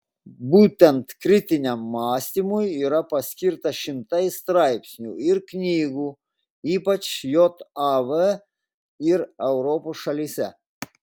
būtent kritiniam mąstymui yra paskirta šimtai straipsnių ir knygų ypač jav ir europos šalyse